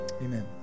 Amen